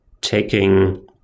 taking